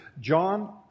John